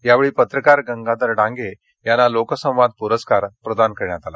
यावेळी पत्रकार गंगाधर डांगे यांना लोकसंवाद पुरस्कार प्रदान करण्यात आला